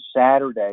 Saturday